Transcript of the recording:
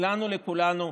לנו היום, לכולנו,